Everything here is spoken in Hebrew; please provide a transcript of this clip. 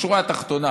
בשורה התחתונה,